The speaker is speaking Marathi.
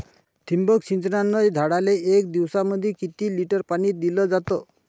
ठिबक सिंचनानं झाडाले एक दिवसामंदी किती लिटर पाणी दिलं जातं?